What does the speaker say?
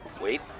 Wait